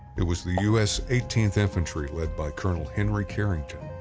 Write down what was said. it was the u s. eighteenth infantry led by colonel henry carrington.